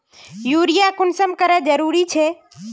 Urea कुंसम करे जरूरी छै?